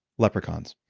leprechauns!